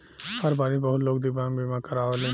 हर बारिस बहुत लोग दिव्यांग बीमा करावेलन